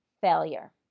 failure